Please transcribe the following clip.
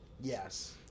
Yes